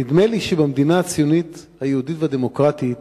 נדמה לי שבמדינה הציונית היהודית והדמוקרטית